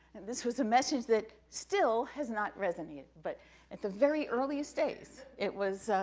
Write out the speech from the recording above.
this was a message that still has not resonated, but at the very earliest days, it was,